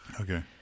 Okay